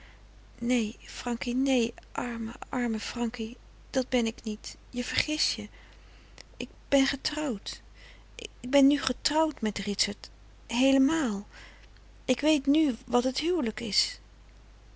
nee arme arme frankie dat ben ik niet je vergist je ik ben getrouwd ik ben nu getrouwd met ritsert heelemaal ik weet nu wat het huwelijk is